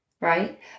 Right